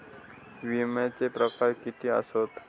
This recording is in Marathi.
विमाचे प्रकार किती असतत?